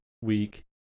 week